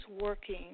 working